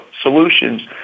solutions